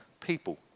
people